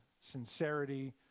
sincerity